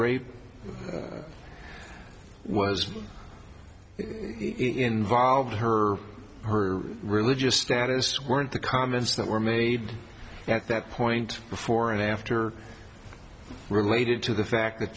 rape was involved her her religious status weren't the comments that were made at that point before and after related to the fact that